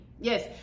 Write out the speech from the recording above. yes